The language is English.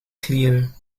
clear